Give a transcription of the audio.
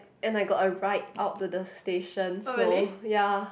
and I got a ride out to the station so ya